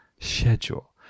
Schedule